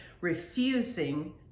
refusing